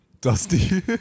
Dusty